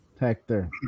hector